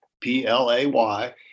P-L-A-Y